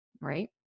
right